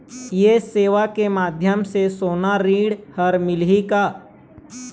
ये सेवा के माध्यम से सोना ऋण हर मिलही का?